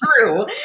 true